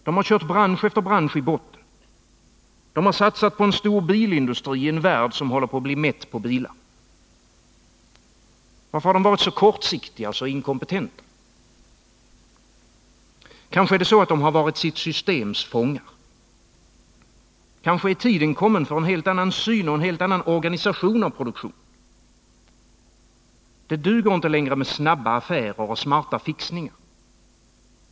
De har kört bransch efter bransch i botten. De har satsat på en stor bilindustri i en värld som håller på att bli mätt på bilar. Varför har de varit så kortsiktiga och så inkompetenta? Kanske har de varit sitt systems fångar. Kanske är tiden kommen för en helt annan syn på och en helt annan organisation av produktionen. Det duger inte längre med snabba affärer och smarta fixningar.